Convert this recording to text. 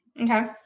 Okay